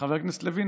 חבר הכנסת לוין,